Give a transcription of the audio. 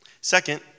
Second